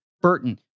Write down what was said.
Burton